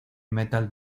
metal